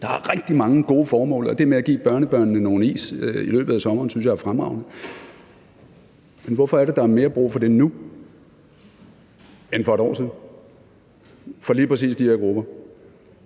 der er rigtig mange gode formål, og det med at give børnebørnene nogle is i løbet af sommeren synes jeg er fremragende, men hvorfor er der mere brug for det nu end for et år siden for lige præcis de her grupper?